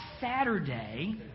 Saturday